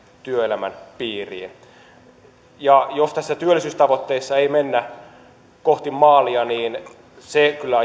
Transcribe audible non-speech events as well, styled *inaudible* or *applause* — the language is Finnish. työelämän piiriin ja jos tässä työllisyystavoitteessa ei mennä kohti maalia niin se kyllä *unintelligible*